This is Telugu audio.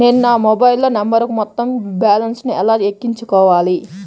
నేను నా మొబైల్ నంబరుకు మొత్తం బాలన్స్ ను ఎలా ఎక్కించుకోవాలి?